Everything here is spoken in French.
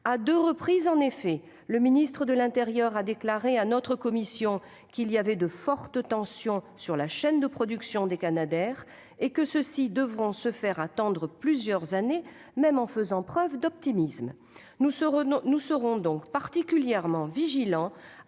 à deux reprises, le ministre de l'intérieur a déclaré à notre commission qu'il y avait de fortes tensions sur la chaîne de production des canadairs et que ceux-ci devront se faire attendre plusieurs années, même en faisant preuve d'optimisme. Nous serons donc particulièrement vigilants